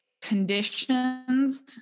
conditions